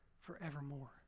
forevermore